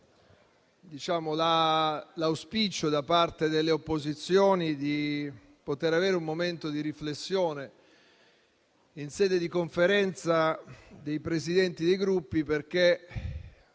l'auspicio, da parte delle opposizioni, di poter avere un momento di riflessione in sede di Conferenza dei Presidenti dei Gruppi perché